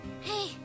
Hey